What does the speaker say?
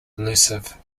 elusive